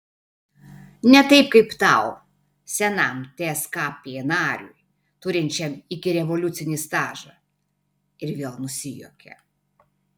ne taip kaip tau senam tskp nariui turinčiam ikirevoliucinį stažą ir vėl nusijuokė